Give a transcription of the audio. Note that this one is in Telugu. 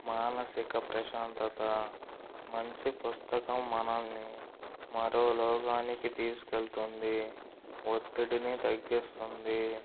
మానసిక ప్రశాంతత మంచి పుస్తకం మనల్ని మరో లోకానికి తీసుకెళ్తుంది ఒత్తిడిని తగ్గిస్తుంది